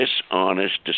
dishonest